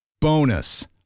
Bonus